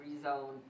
rezone